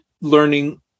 learning